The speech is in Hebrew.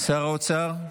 שר האוצר,